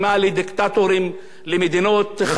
למדינות חשוכות ולמדינות העולם השלישי.